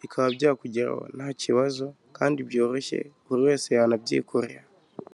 bikaba byakugeraho nta kibazo kandi byoroshye buri wese yanabyikorera.